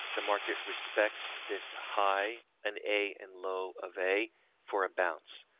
the market respects this high, an a and low of a four, a bounce.